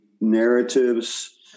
narratives